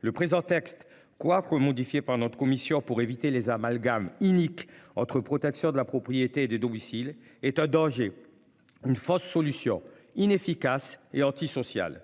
Le présent texte quoi que modifié par notre commission pour éviter les amalgames inique entre protection de la propriété des domiciles est un danger. Une fausse solution inefficace et anti-sociale.